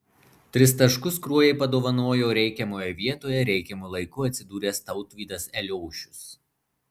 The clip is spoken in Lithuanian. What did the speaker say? tris taškus kruojai padovanojo reikiamoje vietoje reikiamu laiku atsidūręs tautvydas eliošius